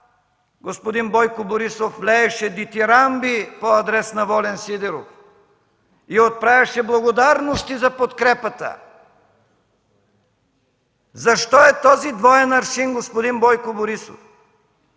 господин Бойко Борисов лееше дитирамби по адрес на Волен Сидеров и отправяше благодарности за подкрепата. Защо е този двоен аршин, господин Бойко Борисов?